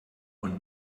und